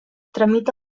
tramita